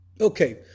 Okay